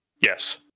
Yes